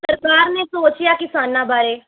ਸਰਕਾਰ ਨੇ ਸੋਚਿਆ ਕਿਸਾਨਾਂ ਬਾਰੇ